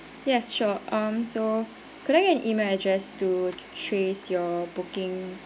yes sure um so could I get an email address to trace your booking